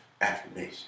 affirmation